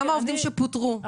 גם העובדים שפוטרו,